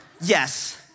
yes